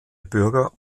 bürger